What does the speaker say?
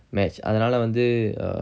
match அதனால வந்து:athanala vanthu err